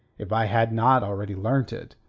if i had not already learnt it,